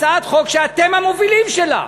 הצעת חוק שאתם המובילים שלה: